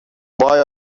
boy